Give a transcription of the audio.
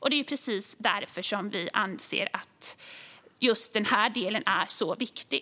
Det är precis därför vi anser att just den här delen är så viktig.